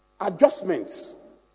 Adjustments